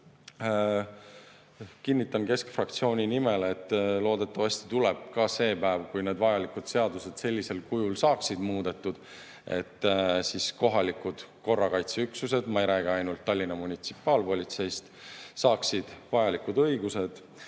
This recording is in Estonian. kinnitan keskfraktsiooni nimel, et loodetavasti tuleb ka see päev, kui need seadused saavad sellisel kujul muudetud, et kohalikud korrakaitseüksused – ma ei räägi ainult Tallinna munitsipaalpolitseist – saaksid vajalikud õigused,